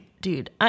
Dude